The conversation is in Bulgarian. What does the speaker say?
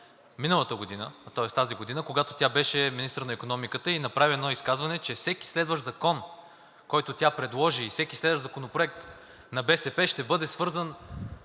Нинова от 7 януари тази година, когато тя беше министър на икономиката и направи изказване, че всеки следващ закон, който тя предложи, и всеки следващ законопроект на БСП, ще вземе